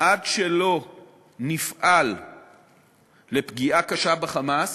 עד שלא נפעל לפגיעה קשה ב"חמאס"